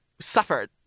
suffered